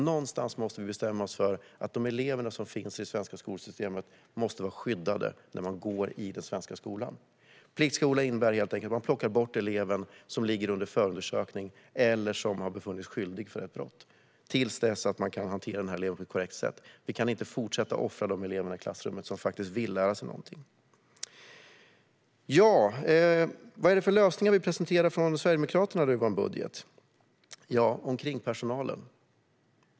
Någonstans måste vi bestämma oss för att de elever som finns i det svenska skolsystemet måste vara skyddade när de går i den svenska skolan. Pliktskola innebär helt enkelt att man plockar bort den elev som är föremål för förundersökning eller som har befunnits skyldig till ett brott till dess att man kan hantera denna elev på ett korrekt sätt. Vi kan inte fortsätta att offra de elever i klassrummet som faktiskt vill lära sig någonting. Vilka lösningar är det som vi presenterar från Sverigedemokraterna i vår budget? Det handlar om kringpersonalen.